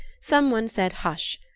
some one said hush,